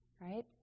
right